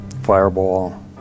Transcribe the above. fireball